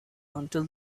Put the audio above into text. until